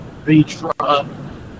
beachfront